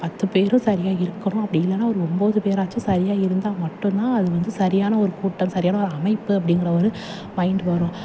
பத்து பேரும் சரியாக இருக்கணும் அப்படி இல்லைன்னா ஒரு ஒம்பது பேராச்சும் சரியாக இருந்தால் மட்டும் தான் அது வந்து சரியான ஒரு கூட்டம் சரியான ஒரு அமைப்பு அப்படிங்கிற ஒரு மைண்ட் வரும்